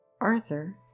Arthur